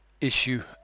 Issue